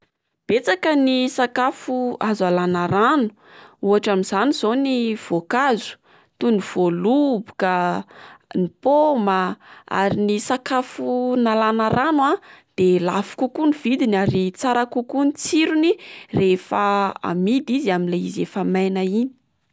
Betsaka ny sakafo azo alàna rano: ohatra amin'izany zao ny voankazo toy ny voaloboka, ny paoma, ary ny sakafo nalàna rano a de lafo kokoa ny vidiny ary tsara kokoa ny tsirony rehefa amidy izy amin'ilay izy efa maina iny.